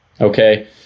okay